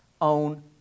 own